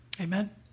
Amen